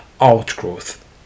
outgrowth